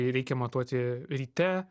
reikia matuoti ryte